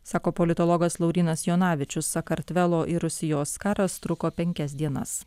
sako politologas laurynas jonavičius sakartvelo ir rusijos karas truko penkias dienas